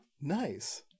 Nice